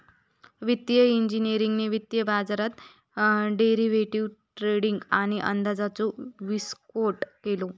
वित्तिय इंजिनियरिंगने वित्तीय बाजारात डेरिवेटीव ट्रेडींग आणि अंदाजाचो विस्फोट केलो